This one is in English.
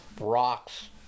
rocks